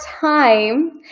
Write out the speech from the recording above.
time